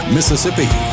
Mississippi